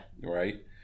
Right